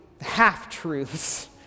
half-truths